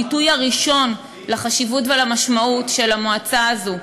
את הביטוי הראשון לחשיבות ולמשמעות של המועצה הזאת,